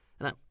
Now